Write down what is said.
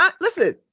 listen